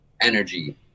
energy